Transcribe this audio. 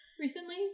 recently